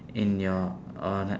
in your honour